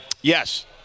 Yes